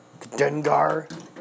Dengar